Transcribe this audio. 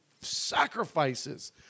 sacrifices